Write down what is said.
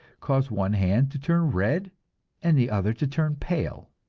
cause one hand to turn red and the other to turn pale.